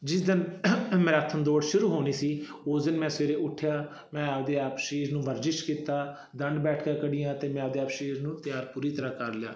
ਜਿਸ ਦਿਨ ਮੈਰਾਥਨ ਦੌੜ ਸ਼ੁਰੂ ਹੋਣੀ ਸੀ ਉਸ ਦਿਨ ਮੈਂ ਸਵੇਰੇ ਉਠਿਆ ਮੈਂ ਆਪਣੇ ਆਪ ਸਰੀਰ ਨੂੰ ਵਰਜਿਸ਼ ਕੀਤਾ ਦੰਡ ਬੈਠਕਾਂ ਕੱਢੀਆਂ ਅਤੇ ਮੈਂ ਆਪਣੇ ਆਪ ਸਰੀਰ ਨੂੰ ਤਿਆਰ ਪੂਰੀ ਤਰ੍ਹਾਂ ਕਰ ਲਿਆ